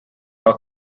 are